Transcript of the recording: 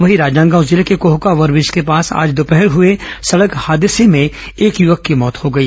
वहीं राजनांदगांव जिले के कोहका ओव्हरब्रिज के पास आज दोपहर हुए सड़क हादसे में एक युवक की मौत हो गई